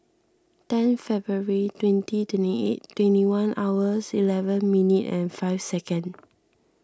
ten February twenty twenty eight twenty one hours eleven minute and five second